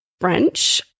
French